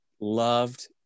loved